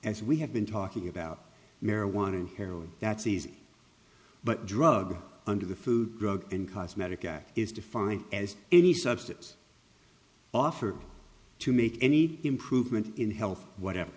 as we have been talking about marijuana heroin that's easy but drug under the food drug and cosmetic act is defined as any substance offered to make any improvement in health whatever